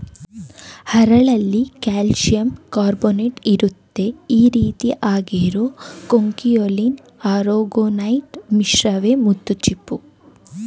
ಹರಳಲ್ಲಿ ಕಾಲ್ಶಿಯಂಕಾರ್ಬೊನೇಟ್ಇರುತ್ತೆ ಈರೀತಿ ಆಗಿರೋ ಕೊಂಕಿಯೊಲಿನ್ ಆರೊಗೊನೈಟ್ ಮಿಶ್ರವೇ ಮುತ್ತುಚಿಪ್ಪು